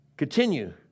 Continue